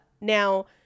now